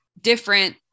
different